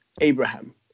Abraham